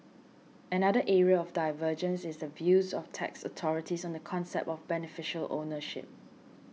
another area of divergence is the views of tax authorities on the concept of beneficial ownership